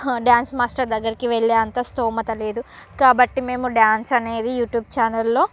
dance master దగ్గరికి వెళ్ళేంత స్థోమత లేదు కాబట్టి మేము డ్యాన్స్ అనేవి యూట్యూబ్ ఛానల్లో